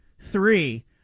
three